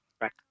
right